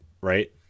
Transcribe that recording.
right